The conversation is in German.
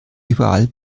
überall